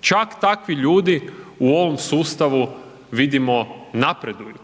Čak takvi ljudi u ovom sustavu vidimo napreduju.